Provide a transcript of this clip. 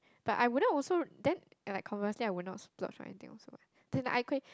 but I wouldn't also then like conversely I will not splurge on anything also [what] then I could have